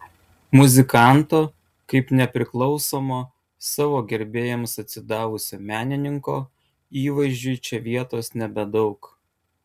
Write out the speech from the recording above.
muzikanto kaip nepriklausomo savo gerbėjams atsidavusio menininko įvaizdžiui čia vietos nebedaug